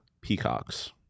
peacocks